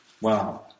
Wow